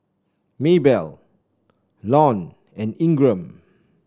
Maybell Lon and Ingram